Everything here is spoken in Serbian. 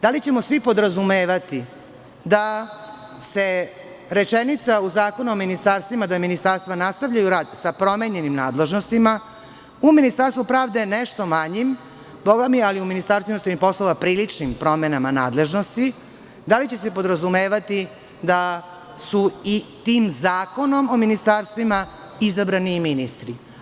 Da li ćemo svi podrazumevati da se rečenica u Zakonu o ministarstvima da ministarstva nastavljaju rad sa promenjenim nadležnostima, u Ministarstvu pravde je nešto manjim, bogami, ali u Ministarstvu inostranih poslova priličnim promenama nadležnosti, da li će se podrazumevati da su i tim Zakonom o ministarstvima izabrani i ministri?